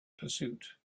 pursuit